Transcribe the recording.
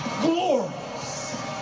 glorious